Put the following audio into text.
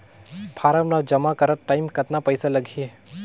Form ला जमा करत टाइम कतना पइसा लगही?